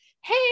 hey